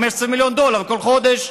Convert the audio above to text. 15 מיליון דולר כל חודש?